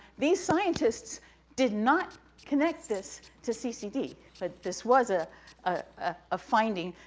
these scientists did not connect this to ccd, but this was a ah ah finding,